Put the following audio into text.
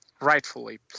rightfully